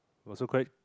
also quite